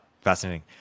fascinating